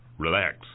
Relax